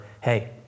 Hey